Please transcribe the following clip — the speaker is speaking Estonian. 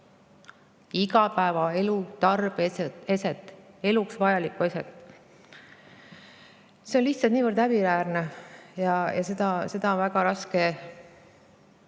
igapäevaelu tarbeeset, eluks vajalikku asja. See on lihtsalt niivõrd häbiväärne, et seda on väga raske